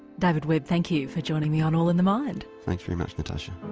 david webb, thank you for joining me on all in the mind. thanks very much natasha.